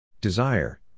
Desire